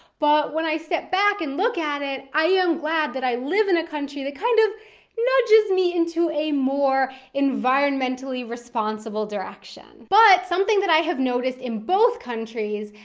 but when i step back and look at it, i am glad that i live in a country that kind of nudges me into a more environmentally responsible direction. but something that i have noticed in both countries,